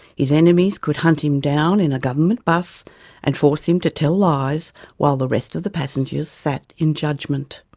his enemies could hunt him down in a government bus and force him to tell lies while the rest of the passengers sat in judgment.